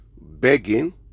begging